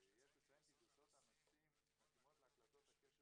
יש לציין כי גרסאות הנוסעים מתאימות להקלטות הקשר